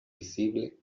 visible